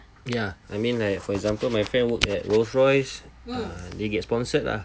ya I mean like for example my friend work at rolls royce they get sponsored lah